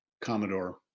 commodore